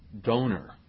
donor